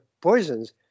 poisons